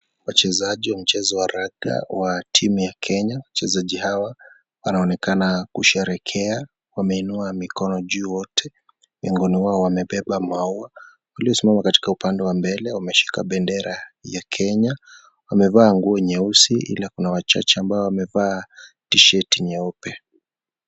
Wachezaji wa mchezo wa raga wa timu ya Kenya, wachezaji hawa wanaonekana kusherekea wameinua mikono yao wote. Miongoni wao wamebeba maua, walio simama katika upande wa mbele wameshika bendera ya Kenya. Wamevaa nguo nyeusi hila kuna wachache ambaye wamevaa t-sheti nyeupe.